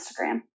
Instagram